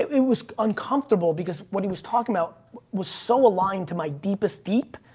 it was uncomfortable because what he was talking about was so aligned to my deepest deep,